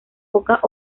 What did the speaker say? pocas